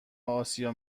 آسیا